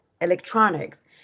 electronics